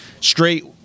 straight